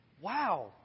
Wow